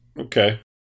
Okay